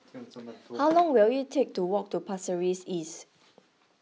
how long will it take to walk to Pasir Ris East